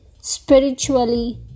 spiritually